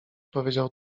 powiedział